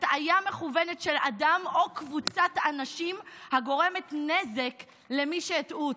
הטעיה מכוונת של אדם או קבוצת אנשים הגורמת נזק למי שהטעו אותו.